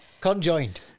Conjoined